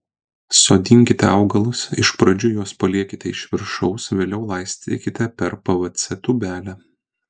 sodinkite augalus iš pradžių juos paliekite iš viršaus vėliau laistykite per pvc tūbelę